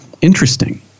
interesting